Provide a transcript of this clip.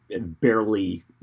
barely